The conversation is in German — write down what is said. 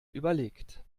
überlegt